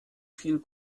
viel